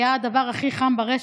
היה הדבר הכי חם ברשת.